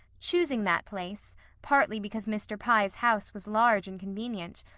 choosing that place, partly because mr. pye's house was large and convenient,